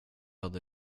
hade